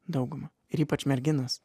dauguma ir ypač merginos